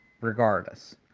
regardless